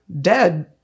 dead